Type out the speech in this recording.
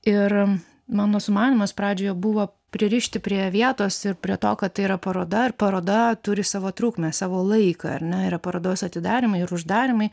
ir mano sumanymas pradžioje buvo pririšti prie vietos ir prie to kad tai yra paroda ir paroda turi savo trukmę savo laiką ar ne yra parodos atidarymai ir uždarymai